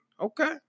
Okay